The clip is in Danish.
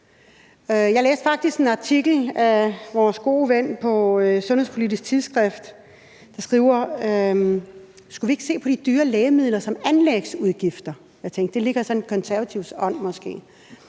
Jeg læste faktisk en artikel af vores gode ven på Sundhedspolitisk Tidsskrift, der skriver, om ikke vi skulle se på de dyre lægemidler som anlægsudgifter. Jeg tænkte, at det måske var i De Konservatives ånd.